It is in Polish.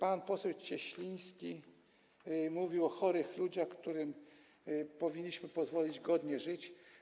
Pan poseł Cieśliński mówił o chorych ludziach, którym powinniśmy pozwolić godnie żyć.